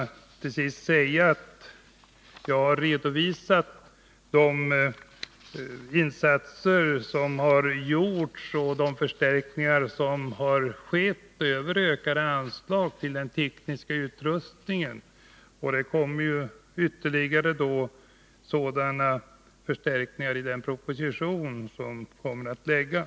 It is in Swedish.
Jag har redovisat de insatser som har gjorts och de förstärkningar som har skett genom ökade anslag till den tekniska utrustningen. Ytterligare sådana förstärkningar kommer att föreslås i den proposition som skall framläggas.